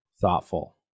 thoughtful